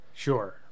Sure